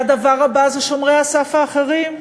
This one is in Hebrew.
והדבר הבא הוא שומרי הסף האחרים.